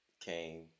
came